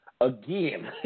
again